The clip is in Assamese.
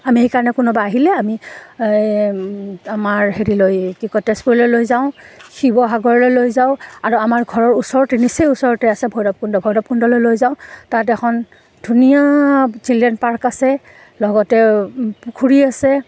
আমি সেইকাৰণে কোনোবা আহিলে আমি আমাৰ হেৰি লৈ কি কয় তেজপুৰলৈ লৈ যাওঁ শিৱসাগৰলৈ লৈ যাওঁ আৰু আমাৰ ঘৰৰ ওচৰতে নিচেই ওচৰতে আছে ভৈৰৱকুণ্ড ভৈৰৱকুণ্ডলৈ লৈ যাওঁ তাত এখন ধুনীয়া চিলড্ৰেন পাৰ্ক আছে লগতে পুখুৰী আছে